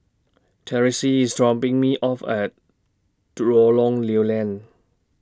Terese IS dropping Me off At Do Lorong Lew Lian